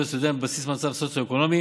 לסטודנטים על בסיס מצב סוציו-אקונומי,